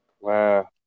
Wow